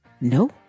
No